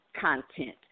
content